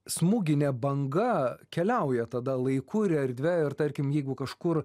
smūginė banga keliauja tada laiku ir erdve ir tarkim jeigu kažkur